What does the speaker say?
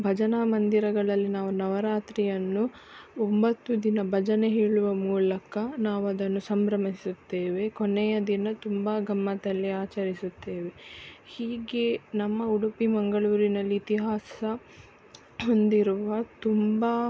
ಭಜನಾ ಮಂದಿರಗಳಲ್ಲಿ ನಾವು ನವರಾತ್ರಿಯನ್ನು ಒಂಬತ್ತು ದಿನ ಭಜನೆ ಹೇಳುವ ಮೂಲಕ ನಾವದನ್ನು ಸಂಭ್ರಮಿಸುತ್ತೇವೆ ಕೊನೆಯ ದಿನ ತುಂಬಾ ಗಮ್ಮತ್ತಲ್ಲಿ ಆಚರಿಸುತ್ತೇವೆ ಹೀಗೆ ನಮ್ಮ ಉಡುಪಿ ಮಂಗಳೂರಿನಲ್ಲಿ ಇತಿಹಾಸ ಹೊಂದಿರುವ ತುಂಬ